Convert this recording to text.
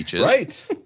Right